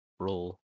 roll